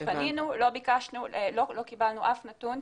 פנינו ולא קיבלנו אף נתון.